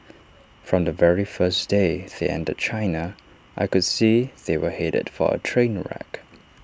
from the very first day they entered China I could see they were headed for A train wreck